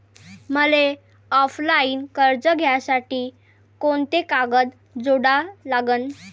मले ऑफलाईन कर्ज घ्यासाठी कोंते कागद जोडा लागन?